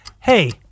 Hey